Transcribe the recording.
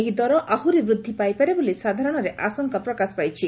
ଏହି ଦର ଆହୁରି ବୃଦ୍ଧି ପାଇପାରେ ବୋଲି ସାଧାରଣରେ ଆଶଙ୍କା ପ୍ରକାଶ ପାଇଛି